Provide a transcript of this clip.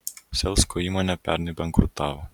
selsko įmonė pernai bankrutavo